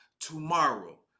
tomorrow